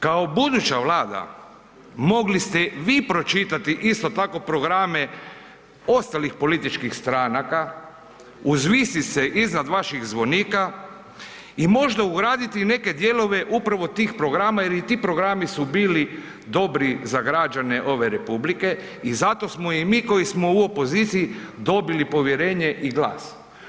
Kao buduća Vlada, mogli ste vi pročitati isto tako programe ostalih političkih stranaka, uzvisit se iznad vaših zvonika i možda ugraditi neke dijelove upravo tih programa jer i ti programi su bili dobri za građane ove republike i zato smo i mi koji smo u opoziciji dobili povjerenje i glas.